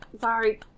Sorry